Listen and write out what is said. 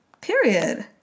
period